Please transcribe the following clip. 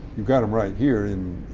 you've got them right here in